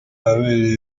ahabereye